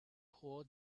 poor